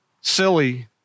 silly